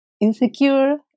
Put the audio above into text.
insecure